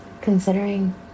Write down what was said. considering